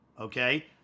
okay